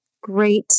Great